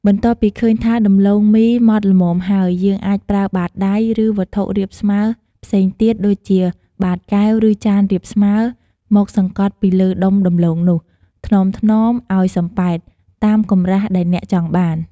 បន្ទាប់ពីឃើញថា ដំឡូងមីម៉ដ្ឋល្មមហើយ យើងអាចប្រើបាតដៃ ឬវត្ថុរាបស្មើផ្សេងទៀត ដូចជាបាតកែវ ឬចានរាបស្មើ មកសង្កត់ពីលើដុំដំឡូងនោះ ថ្នមៗឱ្យសំប៉ែត តាមកម្រាស់ដែលអ្នកចង់បាន។